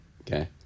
okay